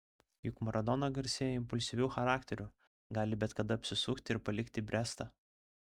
juk maradona garsėja impulsyviu charakteriu gali bet kada apsisukti ir palikti brestą